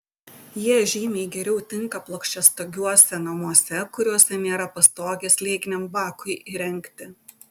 jie žymiai geriau tinka plokščiastogiuose namuose kuriuose nėra pastogės slėginiam bakui įrengti